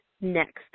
next